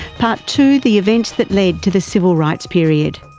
part two, the events that led to the civil rights period.